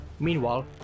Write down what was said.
Meanwhile